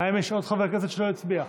האם יש עוד חבר כנסת שלא הצביע?